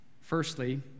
firstly